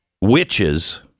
Witches